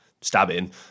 stabbing